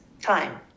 time